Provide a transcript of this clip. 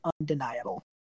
undeniable